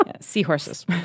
Seahorses